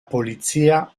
polizia